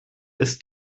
ist